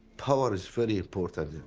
power is very important,